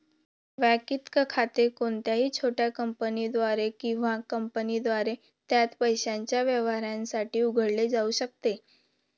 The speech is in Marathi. वैयक्तिक खाते कोणत्याही छोट्या कंपनीद्वारे किंवा कंपनीद्वारे त्याच्या पैशाच्या व्यवहारांसाठी उघडले जाऊ शकते